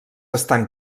estan